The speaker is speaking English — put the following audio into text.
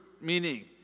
meaning